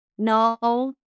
No